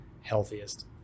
healthiest